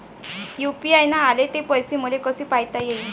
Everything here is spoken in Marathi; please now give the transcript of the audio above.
यू.पी.आय न आले ते पैसे मले कसे पायता येईन?